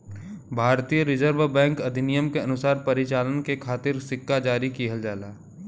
भारतीय Reserve Bank अधिनियम के अनुसार परिचालन के खातिर सिक्का जारी किहल जाला